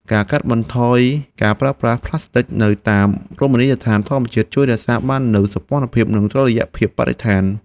ការកាត់បន្ថយការប្រើប្រាស់ផ្លាស្ទិកនៅតាមរមណីយដ្ឋានធម្មជាតិជួយរក្សាបាននូវសោភ័ណភាពនិងតុល្យភាពបរិស្ថាន។